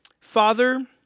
Father